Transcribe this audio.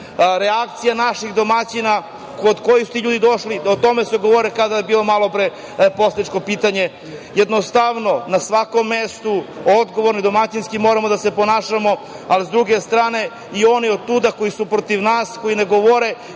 Reakcija naših domaćina kod kojih su ti ljudi došli, o tome sam govorio, kada je bilo malopre poslaničko pitanje. Jednostavno, na svakom mestu moramo odgovorno, domaćinski da se ponašamo, a s druge strane i oni koji su protiv nas, koji ne govore